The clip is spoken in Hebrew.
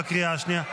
בקריאה השנייה.